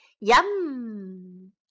Yum